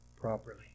properly